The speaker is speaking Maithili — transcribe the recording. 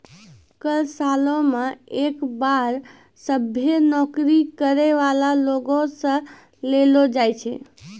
कर सालो मे एक बार सभ्भे नौकरी करै बाला लोगो से लेलो जाय छै